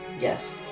Yes